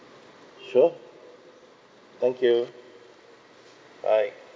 sure okay right